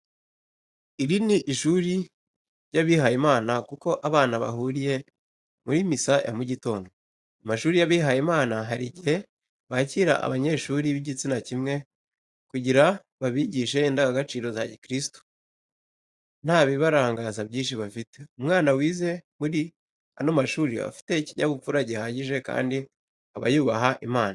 Iri ni ishuri ry'abihaye Imana kuko abana bahuriye muri misa ya mugitondo. Amashuri y'abihaye Imana hari igihe bakira abanyeshuri b'igitsina kimwe kugira babigishe indangagaciro za gikristu nta bibarangaza byinshi bafite. Umwana wize muri ano mashuri aba afite ikinyabupfura gihagije kandi aba yubaha Imana.